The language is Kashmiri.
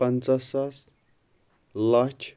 پَنٛژاہ ساس لچھ